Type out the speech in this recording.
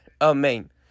Amen